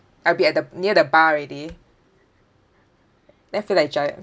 I'll be at the near the bar already then feel like giant